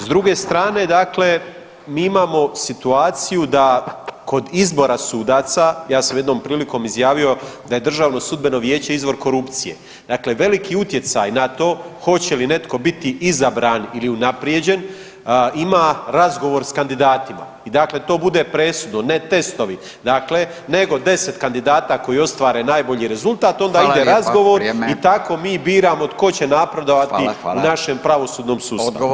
S druge strane dakle mi imamo situaciju da kod izbora sudaca, ja sam jednom prilikom izjavio da je DSV izvor korupcije, dakle veliki utjecaj na to hoće li netko biti izabran ili unaprijeđen ima razgovor s kandidatima i dakle to bude presudno, ne testovi, dakle nego 10 kandidata koji ostvare najbolji rezultat, onda ide razgovor i tako mi biramo tko će napredovati u našem pravosudnom sustavu.